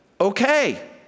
okay